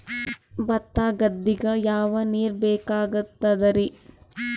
ಭತ್ತ ಗದ್ದಿಗ ಯಾವ ನೀರ್ ಬೇಕಾಗತದರೀ?